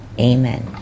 Amen